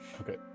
Okay